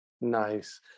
Nice